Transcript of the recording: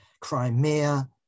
Crimea